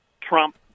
Trump